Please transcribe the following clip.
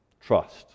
Trust